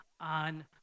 on